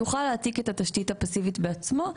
יוכל להעתיק את התשתית הפאסיבית בעצמו.